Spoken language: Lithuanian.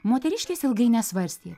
moteriškės ilgai nesvarstė